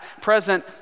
present